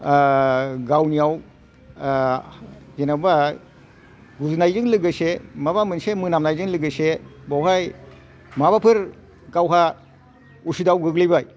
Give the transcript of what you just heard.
गावनियाव जेनबा गुजुनायजों लोगोसे माबा मोनसे मोनामनायजों लोगोसे बेयावहाय माबाफोर गावहा असुबिदायाव गोग्लैबाय